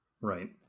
right